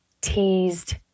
teased